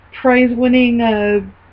prize-winning